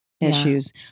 issues